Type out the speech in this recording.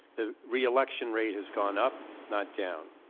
the re-election rate has gone up not down.